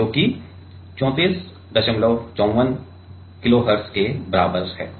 और जो कि 3454 किलोहर्ट्ज़ के बराबर है